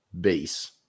base